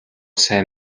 сайн